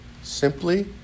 Simply